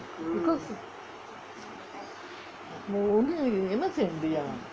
because நீ வந்து என்னா செய்ய முடியும்:nee vanthu ennaa seiya mudiyum